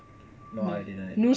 no I didn't